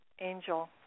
angel